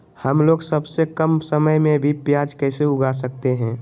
हमलोग सबसे कम समय में भी प्याज कैसे उगा सकते हैं?